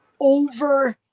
over